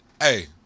hey